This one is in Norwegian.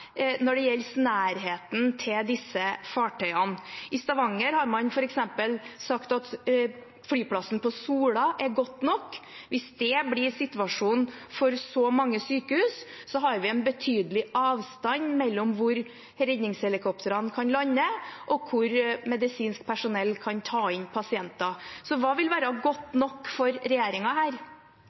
når det gjelder nærheten til disse fartøyene? I Stavanger har man f.eks. sagt at flyplassen på Sola er godt nok. Hvis det blir situasjonen for så mange sykehus, har vi en betydelig avstand mellom hvor redningshelikoptrene kan lande, og hvor medisinsk personell kan ta inn pasienter. Hva vil være godt nok for regjeringen her?